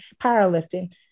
powerlifting